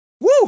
Woo